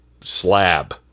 slab